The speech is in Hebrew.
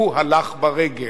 הוא הלך ברגל.